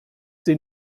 sie